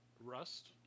Rust